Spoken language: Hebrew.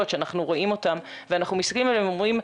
שאנחנו רואים אותם ואנחנו מסתכלים עליהם ואנחנו אומרים,